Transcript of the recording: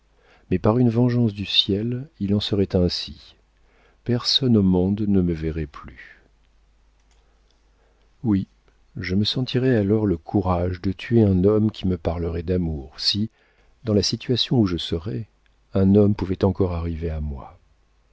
mais par une vengeance du ciel il en serait ainsi personne au monde ne me verrait plus oui je me sentirais alors le courage de tuer un homme qui me parlerait d'amour si dans la situation où je serais un homme pouvait encore arriver à moi